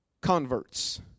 converts